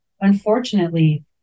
unfortunately